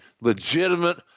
legitimate